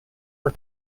for